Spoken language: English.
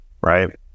right